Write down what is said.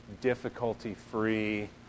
difficulty-free